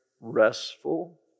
restful